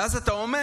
ואז אתה אומר: